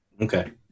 Okay